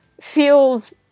feels